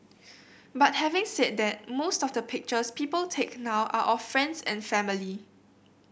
but having said that most of the pictures people take now are of friends and family